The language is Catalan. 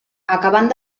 acabant